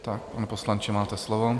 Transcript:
Pane poslanče, máte slovo.